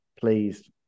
pleased